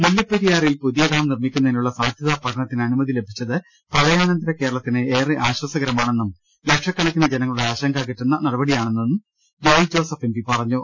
മുല്ലപ്പെരിയാറിൽ പുതിയ ഡാം നിർമ്മിക്കുതിനുള്ള സാധ്യതാ പഠനത്തിന് അനുമതി ലഭിച്ചത് പ്രളയാനന്തര കേരളത്തിന് ഏറെ ആശ്വാസകരമാണെന്നും ലക്ഷക്കണക്കിന് ജനങ്ങളുടെ ആശങ്ക അക റ്റുന്ന നടപടിയാണിതെന്നും ജോയ്സ് ജോർജ് എംപി പറഞ്ഞു